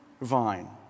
vine